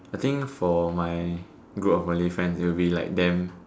I think for my group of Malay friends it'll be like them